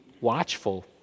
watchful